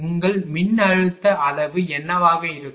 உங்கள் மின்னழுத்த அளவு என்னவாக இருக்கும்